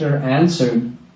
answered